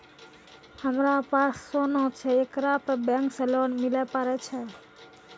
हमारा पास सोना छै येकरा पे बैंक से लोन मिले पारे छै?